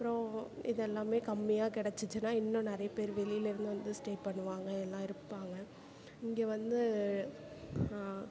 அப்புறம் இது எல்லாமே கம்மியாக கிடச்சிச்சின்னா இன்னும் நிறைய பேர் வெளிலருந்து வந்து ஸ்டே பண்ணுவாங்க எல்லாம் இருப்பாங்க இங்கே வந்து